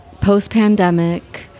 post-pandemic